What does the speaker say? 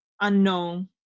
unknown